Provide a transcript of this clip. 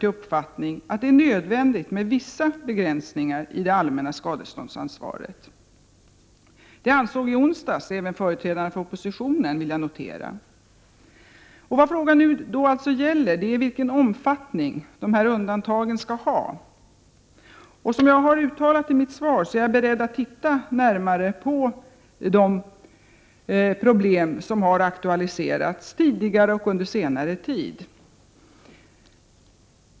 I onsdagens debatt i kammaren anslöt sig också flertalet debattörer till denna uppfattning. Det ansåg i onsdags även företrädarna för oppositionen, vill jag notera. Vad frågan nu gäller är vilken omfattning undantagen skall ha. Som jag har uttalat i mitt svar, är jag beredd att se närmare på de problem som har aktualiserats både tidigare och under senare tid.